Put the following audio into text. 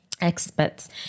experts